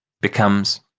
Becomes